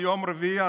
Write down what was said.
ביום רביעי,